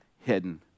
Hidden